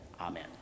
Amen